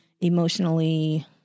emotionally